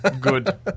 good